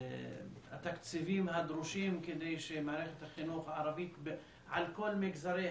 התקציבים הדרושים כדי שמערכת החינוך הערבית על כל מגזריה,